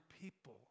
people